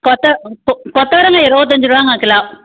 கொத்த ம் கொ கொத்தவரங்காய் இருபத்தஞ்சிருவாங்க கிலோ